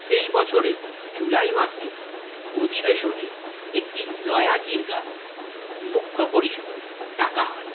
সেই বছরের জুলাই মাসে অধিবেশনে একটি লয়া জিরগা মুখ্য পরিষদ ডাকা হয়